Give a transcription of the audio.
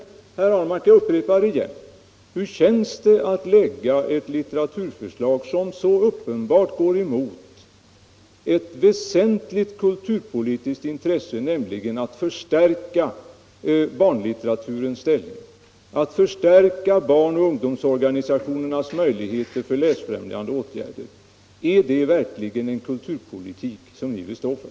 Slutligen, herr Ahlmark, upprepar jag min fråga: Hur känns det att lägga fram ett litteraturförslag som ert, som så uppenbart går emot ett väsentligt kulturpolitiskt intresse, nämligen det att förstärka barnlitte raturens ställning och barnoch ungdomsorganisationernas möjligheter att vidta läsfrämjande åtgärder? Är det verkligen en kulturpolitik som ni vill stå för?